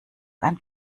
ein